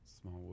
Small